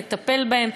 לטפל בהם,